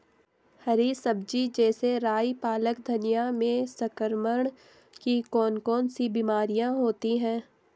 हरी सब्जी जैसे राई पालक धनिया में संक्रमण की कौन कौन सी बीमारियां होती हैं?